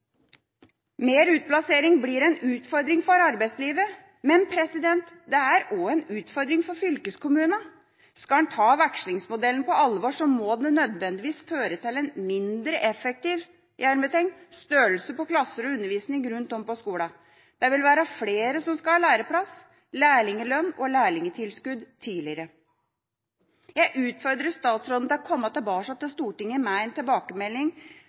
Mer utplassering blir en utfordring for arbeidslivet, men det er også en utfordring for fylkeskommunene. Skal en ta vekslingsmodellen på alvor, må den nødvendigvis føre til en mindre «effektiv» størrelse på klasser og undervisning rundt om på skoler. Det vil være flere som skal ha læreplass, lærlinglønn og lærlingtilskudd tidligere. Jeg utfordrer statsråden til å komme tilbake til Stortinget med en tilbakemelding